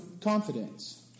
confidence